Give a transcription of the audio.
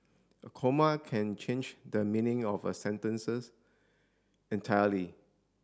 a comma can change the meaning of a sentences entirely